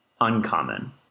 uncommon